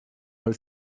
her